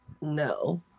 No